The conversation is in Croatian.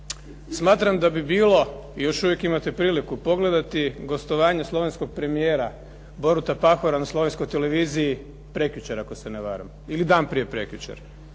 smatram da bi bilo i još uvijek imate priliku pogledati gostovanje slovenskog premijera Boruta Pahora na slovenskoj televiziji, prekjučer ako se ne varam, ili dan prije prekjučer,